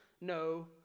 no